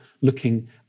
looking